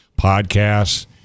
Podcasts